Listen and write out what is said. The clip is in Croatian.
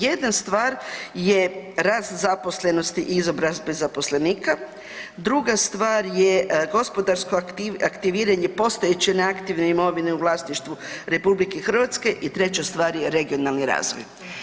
Jedna stvar je rast zaposlenosti i izobrazbe zaposlenika, druga stvar je gospodarsko aktiviranje postojeće neaktivne imovine u vlasništvu RH i treća stvar je regionalni razvoj.